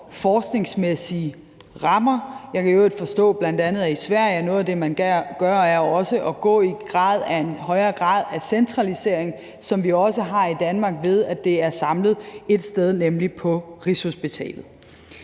forskningsmæssige rammer. Jeg kan i øvrigt forstå, at noget af det, man bl.a. gør i Sverige, jo også er at gå i retning af en højere grad af centralisering, som vi også har i Danmark, ved at det er samlet ét sted, nemlig på Rigshospitalet.